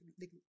little